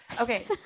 Okay